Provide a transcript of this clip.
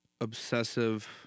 obsessive